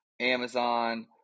Amazon